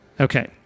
Okay